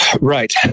Right